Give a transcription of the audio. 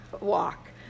walk